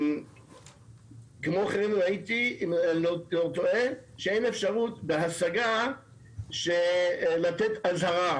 כמו כן, ראיתי שאין אפשרות בהשגה לתת אזהרה.